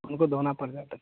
उनको धोना पड़ जाता